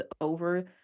over